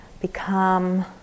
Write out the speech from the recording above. become